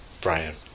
Brian